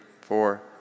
four